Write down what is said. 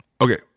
Okay